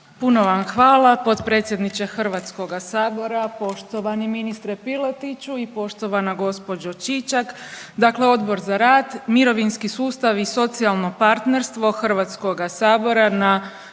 Puno vam hvala potpredsjedniče Hrvatskoga sabora, poštovani ministre Piletiću i poštovana gospođo Čičak. Dakle, Odbor za rad, mirovinski sustav i socijalno partnerstvo Hrvatskoga sabora na